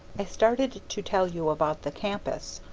i started to tell you about the campus.